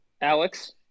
Alex